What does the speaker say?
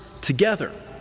together